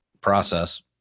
process